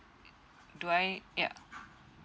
do I yeah